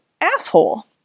asshole